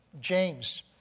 James